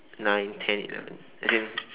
nine ten eleven as in